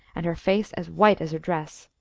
and her face as white as her dress.